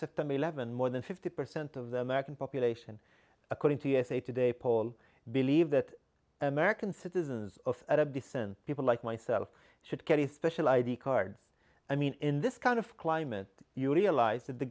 september eleventh more than fifty percent of the american population according to usa today poll believe that american citizens of arab descent people like myself should carry special i d cards i mean in this kind of climate you realize that the